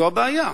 זו הבעיה,